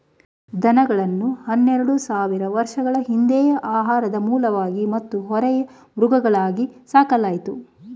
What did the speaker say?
ದನಗಳನ್ನು ಹನ್ನೆರೆಡು ಸಾವಿರ ವರ್ಷಗಳ ಹಿಂದೆಯೇ ಆಹಾರದ ಮೂಲವಾಗಿ ಮತ್ತು ಹೊರೆಯ ಮೃಗಗಳಾಗಿ ಸಾಕಲಾಯಿತು